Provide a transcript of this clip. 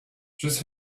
just